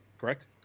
Correct